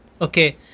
Okay